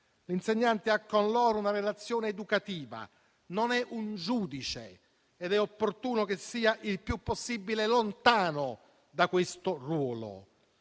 L'insegnante ha con loro una relazione educativa. Non è un giudice ed è opportuno che sia il più possibile lontano da questo ruolo.